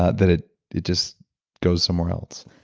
ah that it it just goes somewhere else?